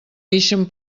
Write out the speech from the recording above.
ixen